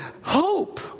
hope